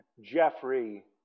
Jeffrey